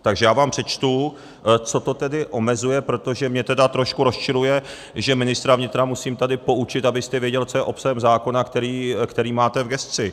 Takže já vám přečtu, co to tedy omezuje, protože mě tedy trošku rozčiluje, že ministra vnitra tady musím poučit, abyste věděl, co je obsahem zákona, který máte v gesci.